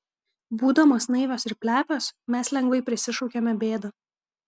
būdamos naivios ir plepios mes lengvai prisišaukiame bėdą